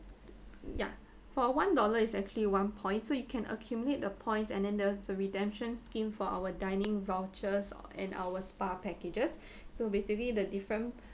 ya for one dollar is actually one point so you can accumulate the points and then there was a redemption scheme for our dining vouchers or and our spa packages so basically the different